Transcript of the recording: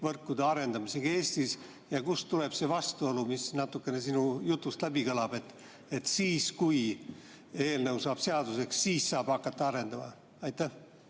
5G‑võrkude arendamisega Eestis. Ja kust tuleb see vastuolu, mis natukene sinu jutust läbi kõlab, et siis, kui eelnõu saab seaduseks, saab arendama hakata. Aitäh,